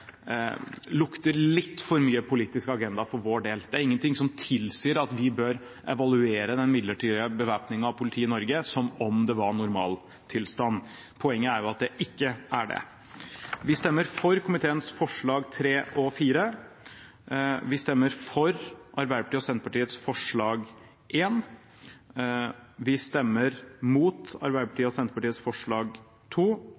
lukter litt for mye politisk agenda for vår del. Det er ingenting som tilsier at vi bør evaluere den midlertidige bevæpningen av politiet i Norge som om det var normaltilstanden. Poenget er jo at det ikke er det. Vi stemmer for komiteens forslag 3 og 4. Vi stemmer for Arbeiderpartiets og Senterpartiets forslag 1. Vi stemmer mot Arbeiderpartiets og Senterpartiets forslag